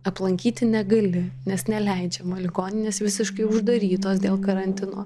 aplankyti negali nes neleidžiama ligoninės visiškai uždarytos dėl karantino